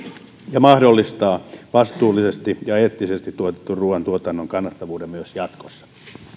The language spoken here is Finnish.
ja mahdollistaa vastuullisesti ja eettisesti tuotetun ruoantuotannon kannattavuuden myös jatkossa